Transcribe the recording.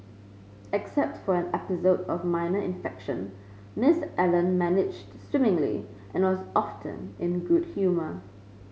except for an episode of minor infection Miss Allen managed swimmingly and was often in good humour